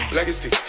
Legacy